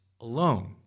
alone